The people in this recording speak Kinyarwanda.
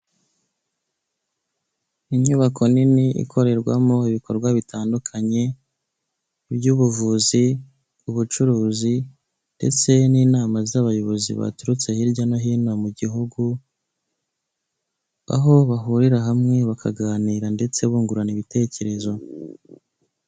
Inyubako nini ikorerwamo ibikorwa bitandukanye by'ubuvuzi, ubucuruzi ndetse n'inama z'abayobozi baturutse hirya no hino mu gihugu, aho bahurira hamwe bakaganira ndetse bungurana ibitekerezo.